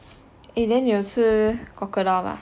eh then 你有吃 crocodile mah